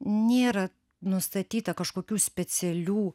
nėra nustatyta kažkokių specialių